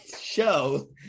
show